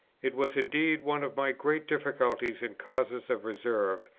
it was indeed one of my great difficulties and causes of reserve,